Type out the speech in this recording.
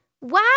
Wow